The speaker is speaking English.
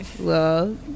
Love